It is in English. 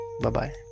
Bye-bye